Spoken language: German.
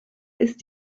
ist